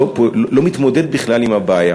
לא מתמודד בכלל עם הבעיה.